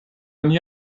oni